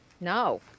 no